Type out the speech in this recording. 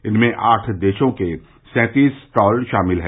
इनमें आठ देशों के सैतीस स्टॉल शामिल हैं